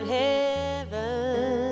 heaven